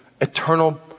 eternal